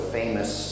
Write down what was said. famous